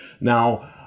Now